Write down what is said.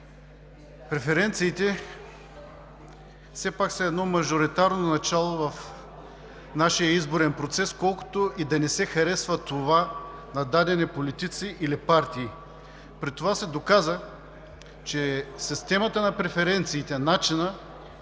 Преференциите все пак са едно мажоритарно начало в нашия изборен процес, колкото и да не се харесва това на дадени политици или партии. При това се доказа, че системата на преференциите, начинът